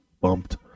bumped